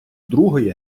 другої